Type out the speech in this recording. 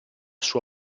sua